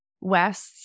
West